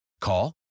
Call